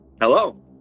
Hello